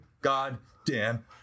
goddamn